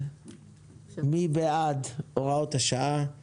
מי בעד הוראות שעת החירום?